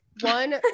One